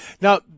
Now